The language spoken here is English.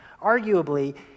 Arguably